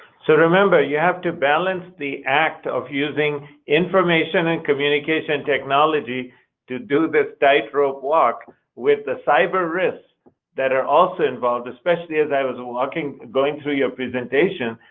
so remember, you have to balance the act of using information and communication technology to do this tightrope walk with the cyber risks that are also involved, especially as i was walking going through your presentation,